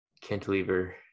cantilever